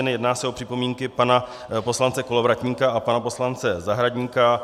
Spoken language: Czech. Jedná se o připomínky pana poslance Kolovratníka a pana poslance Zahradníka.